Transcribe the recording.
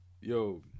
Yo